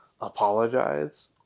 apologize